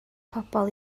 pobl